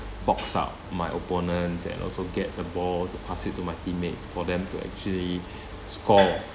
box up my opponents and also get the ball to pass it to my teammate for them to actually score